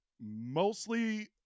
mostly